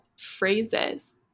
phrases